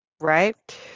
right